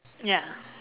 ya